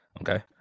Okay